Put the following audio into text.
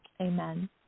Amen